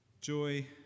Joy